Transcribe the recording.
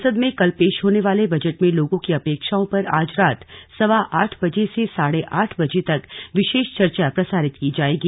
संसद में कल पेश होने वाले बजट में लोगों की अपेक्षाओं पर आज रात सवा आठ बजे से साढ़े आठ बजे तक विशेष चर्चा प्रसारित की जाएगी